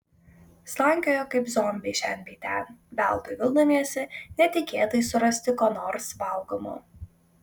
slankiojo kaip zombiai šen bei ten veltui vildamiesi netikėtai surasti ko nors valgomo